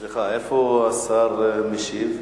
סליחה, איפה השר המשיב?